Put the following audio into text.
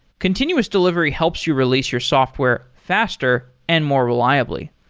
continuous delivery helps you release your software faster and more reliably.